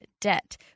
debt